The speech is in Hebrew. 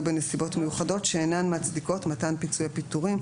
בנסיבות מיוחדות שאינן מצדיקות מתן פיצויי פיטוריו,